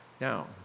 Now